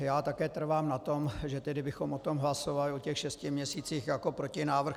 Já také trvám na tom, že bychom o tom hlasovali, o těch šesti měsících, jako protinávrh.